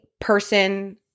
person